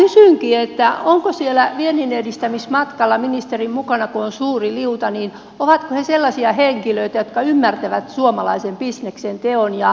kysynkin että kun siellä vienninedistämismatkalla ministerin mukana on suuri liuta niin ovatko he sellaisia henkilöitä jotka ymmärtävät suomalaisen bisneksen teon